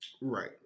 Right